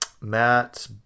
Matt